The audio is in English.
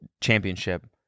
championship